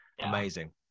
amazing